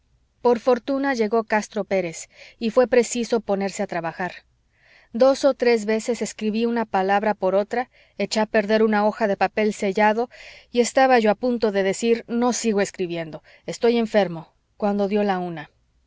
por fortuna llegó castro pérez y fué preciso ponerse a trabajar dos o tres veces escribí una palabra por otra eché a perder una hoja de papel sellado y estaba yo a punto de decir no sigo escribiendo estoy enfermo cuando dio la una